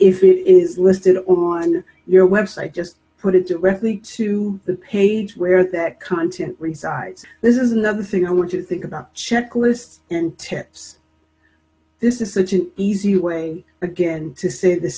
if it is listed on your website just put it directly to the page where that content resides this is another thing i want to think about checklists and ted's this is such an easy way again to say the